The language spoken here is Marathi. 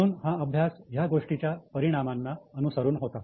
म्हणून हा अभ्यास ह्या गोष्टींच्या परिणामांना अनुसरून होता